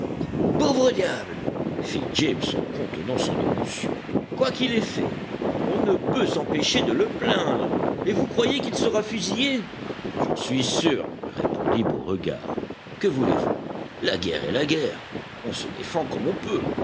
pauvre diable fit james en contenant son émotion quoi qu'il ait fait on ne peut s'empêcher de le plaindre et vous croyez qu'il sera fusillé j'en suis sûr répondit beauregard que voulez-vous la guerre est la guerre on se défend comme on peut